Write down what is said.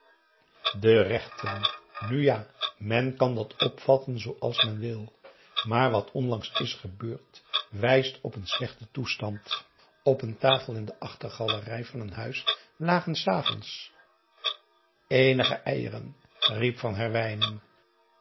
de rechten nu ja men kan dat opvatten zooals men wil maar wat onlangs is gebeurd wijst op een slechten toestand op een tafel in de achtergalerij van een huis lagen des avonds eenige eieren riep van herwijnen